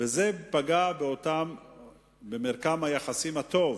וזה פגע במרקם היחסים הטוב